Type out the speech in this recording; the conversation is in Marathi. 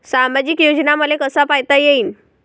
सामाजिक योजना मले कसा पायता येईन?